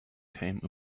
came